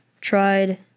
Tried